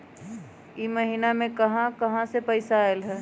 इह महिनमा मे कहा कहा से पैसा आईल ह?